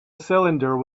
cylinder